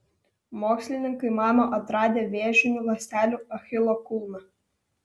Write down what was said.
mokslininkai mano atradę vėžinių ląstelių achilo kulną